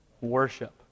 Worship